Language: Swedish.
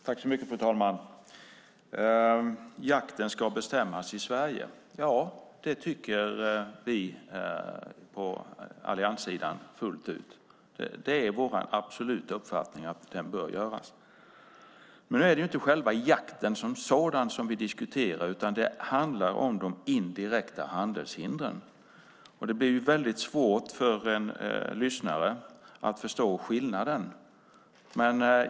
Fru talman! Att jakten ska bestämmas i Sverige tycker vi på allianssidan också. Det är vår absoluta uppfattning att så bör göras. Det är dock inte jakten som sådan vi diskuterar utan de indirekta handelshindren. Det blir svårt för åhörarna att förstå skillnaden.